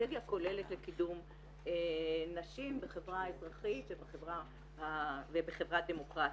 כאסטרטגיה כוללת לקידום נשים בחברה האזרחית ובחברה דמוקרטית.